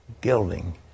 gilding